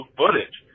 footage